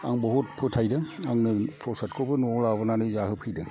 आं बहुत फोथायदों आं फ्रसादखौबो नयाव लाबोनानै जाहोफैदों